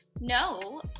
No